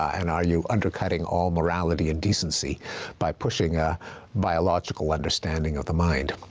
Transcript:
and are you undercutting all morality and decency by pushing a biological understanding of the mind?